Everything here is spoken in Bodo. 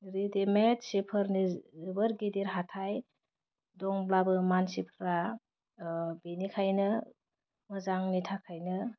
रिदिमेट सिफोरनि जोबोर गिदिर हाथाइ दंब्लाबो मानसिफ्रा बेनिखायनो मोजांनि थाखायनो